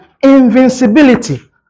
invincibility